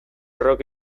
rock